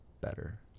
better